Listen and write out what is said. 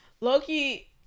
Loki